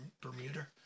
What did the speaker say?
Bermuda